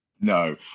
no